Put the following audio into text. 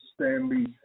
Stanley